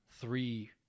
three